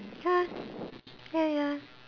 ya ya ya